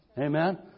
Amen